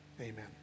Amen